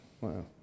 Wow